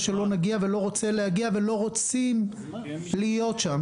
שלא נגיע ולא רוצה להגיע ולא רוצים להיות שם.